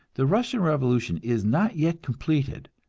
the russian revolution is not yet completed,